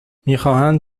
میخواهند